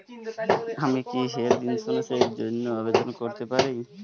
আমি কি health insurance র জন্য আবেদন করতে পারি?